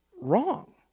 wrong